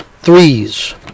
threes